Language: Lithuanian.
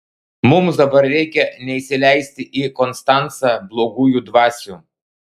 mums dabar reikia neįsileisti į konstancą blogųjų dvasių